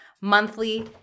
monthly